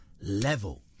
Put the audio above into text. level